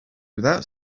without